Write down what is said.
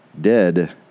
dead